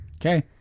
okay